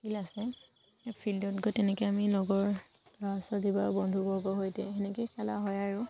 field আছে সেই ফিল্ডত গৈ তেনেকৈ আমি লগৰ ল'ৰা ছোৱালী বা বন্ধুবৰ্গৰ সৈতে তেনেকেই খেলা হয় আৰু